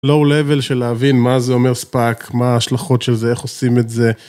לואו לבל של להבין מה זה אומר ספאק, מה ההשלכות של זה, איך עושים את זה.